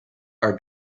are